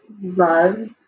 love